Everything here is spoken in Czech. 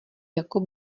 jako